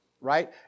right